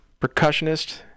percussionist